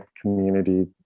community